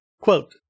Quote